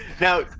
Now